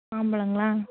மாம்பழங்களா